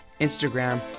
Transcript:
Instagram